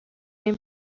این